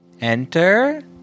Enter